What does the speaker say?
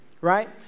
right